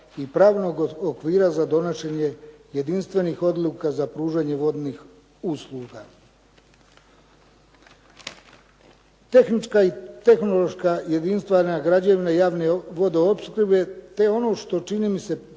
i pravnog okvira za donošenje jedinstvenih odluka za pružanje vodnih usluga. Tehnička i tehnološka jedinstvena građevina javne vodoopskrbe te ono što čini mi se posebno